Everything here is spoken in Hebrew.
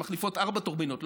שמחליפות ארבע טורבינות,